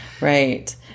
Right